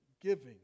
giving